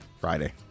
Friday